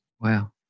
Wow